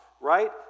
right